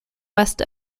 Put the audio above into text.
west